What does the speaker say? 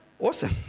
Awesome